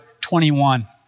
21